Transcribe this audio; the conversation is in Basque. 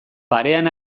parean